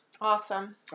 Awesome